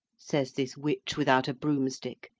says this witch without a broomstick,